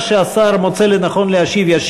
מה שהשר מוצא לנכון להשיב עליו,